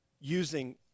using